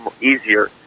easier